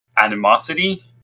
animosity